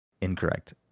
Incorrect